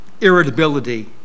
irritability